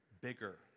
bigger